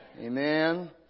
Amen